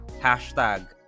Hashtag